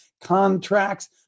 contracts